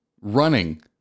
running